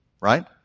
Right